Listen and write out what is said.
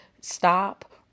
stop